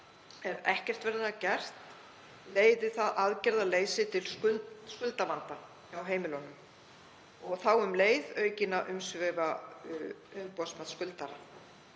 ef ekkert verður að gert leiði það aðgerðaleysi til skuldavanda hjá heimilunum og þá um leið aukinna umsvifa umboðsmanns skuldara.